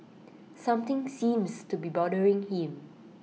something seems to be bothering him